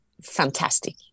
fantastic